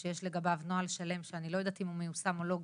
שיש לגביו נוהל שלום שאני לא יודעת אם הוא מיושם או לא,